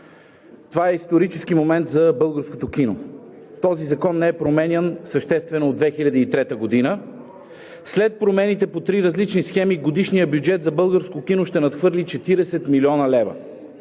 това е исторически момент за българското кино. Този закон не е променян съществено от 2003 г. След промените по три различни схеми годишният бюджет за българско кино ще надхвърли 40 млн. лв.